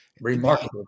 Remarkable